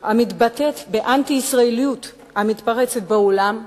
המתבטאת באנטי-ישראליות המתפרצת בעולם,